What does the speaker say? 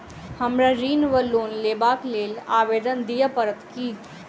हमरा ऋण वा लोन लेबाक लेल आवेदन दिय पड़त की?